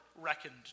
reckoned